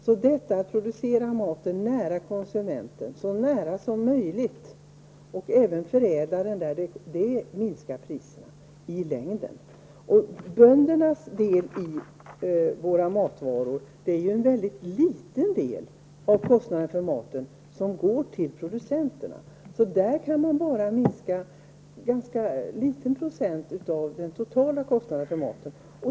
Om maten produceras och förädlas så nära konsumenten som möjligt, sänker det i längden priserna. Böndernas del av våra matkostnader är mycket liten. Det är en mycket liten del av det vi betalar för maten som går till producenterna. Här kan man åstadkomma bara en obetydlig minskning av matkostnaderna.